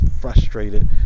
frustrated